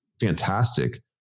fantastic